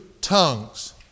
tongues